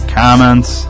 comments